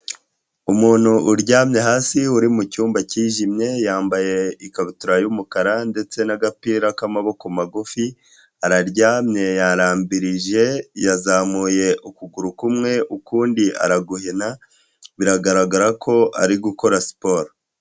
Umuntu uryamye hasi uri mucyumba cyijimye yambaye ikabutura y'umukara ndetse n'agapira k'amaboko magufi, araryamye yarambirije yazamuye ukuguru kumwe ukundi araguhina biragaragara ko ari gukora siporo.